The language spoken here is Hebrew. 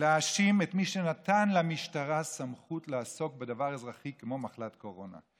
להאשים את מי שנתן למשטרה סמכות לעסוק בדבר אזרחי כמו מחלת קורונה.